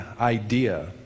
idea